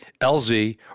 LZ